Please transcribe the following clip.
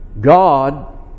God